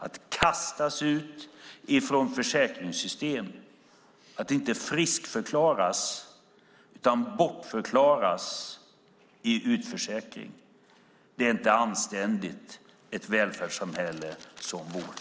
Att människor kastas ut från försäkringssystem och inte friskförklaras utan bortförklaras i utförsäkring är inte anständigt i ett välfärdssamhälle som vårt.